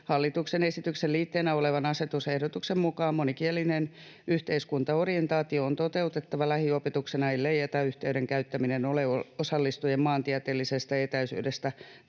Hallituksen esityksen liitteenä olevan asetusehdotuksen mukaan monikielinen yhteiskuntaorientaatio on toteutettava lähiopetuksena, ellei etäyhteyden käyttäminen ole osallistujien maantieteellisestä etäisyydestä tai